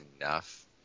enough